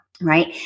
right